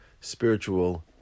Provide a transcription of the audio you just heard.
spiritual